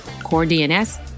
CoreDNS